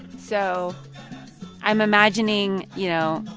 so i'm imagining, you know,